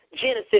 Genesis